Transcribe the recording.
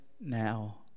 now